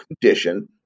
condition